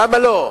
למה לא?